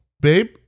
babe